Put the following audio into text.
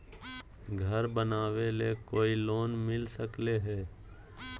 घर बनावे ले कोई लोनमिल सकले है?